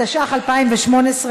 התשע"ח 2018,